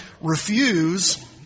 refuse